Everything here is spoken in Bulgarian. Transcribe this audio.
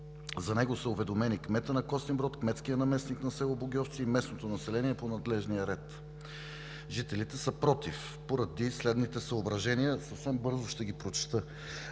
За него са уведомени кмета на Костинброд, кметския наместник на село Богьовци и местното население по надлежния ред. Жителите са против поради следните съображения: разполагането